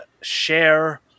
share